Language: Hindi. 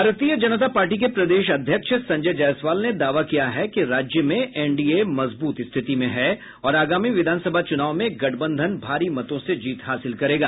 भारतीय जनता पार्टी के प्रदेश अध्यक्ष संजय जायसवाल ने दावा किया है कि राज्य में एनडीए मजबूत स्थिति में है और आगामी विधानसभा चुनाव में गठबंधन भारी मतों से जीत हासिल करेगा